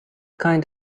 kind